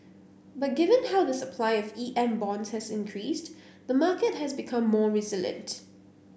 but given how the supply of E M bonds has increased the market has become more resilient